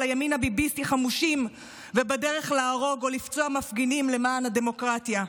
הימין הביביסטי בדרך להרוג או לפצוע מפגינים למען הדמוקרטיה.